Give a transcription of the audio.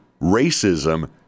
racism